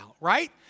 right